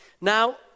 Now